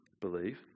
believe